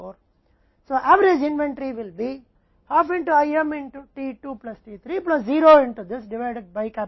इसलिए औसत inventory IM में t 2 plus t 3 plus 0 में विभाजित हो जाएगी